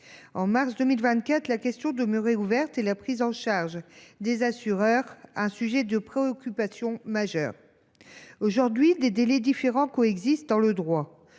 En mars 2024, la question demeurait ouverte et la prise en charge des assureurs restait un sujet de préoccupation majeure. À l’heure actuelle, des délais différents coexistent dans le droit.